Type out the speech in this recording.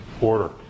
order